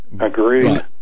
Agreed